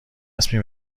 رسمی